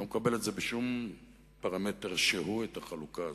אני לא מקבל בשום פרמטר שהוא את החלוקה הזאת,